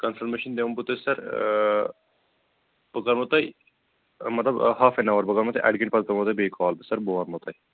confirmation دِمے بہٕ تۅہہِ سَر بہٕ بہٕ کَرٕہو تۅہہِ مطلب ہاف اینٛڈ اوَر بہٕ کرٕہو تۅہہِ اَڈِ گنٹہٕ پَتہٕ کَرو بہٕ تۅہہِ بیٚیہِ کال سَر بہٕ وَنہو تۅہہِ